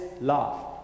love